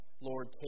Lord